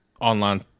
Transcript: online